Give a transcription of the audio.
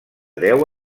deu